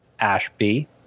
Ashby